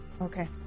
Okay